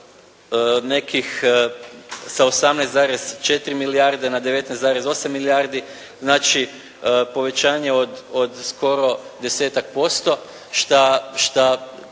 nekih sa 18,4 milijarde na 19,8 milijardi. Znači povećanje od skoro 10-tak posto što